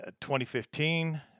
2015